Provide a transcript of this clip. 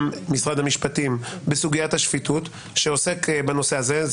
משרד המשפטים בסוגיית השפיטות שעוסק בנושא הזה.